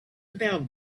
about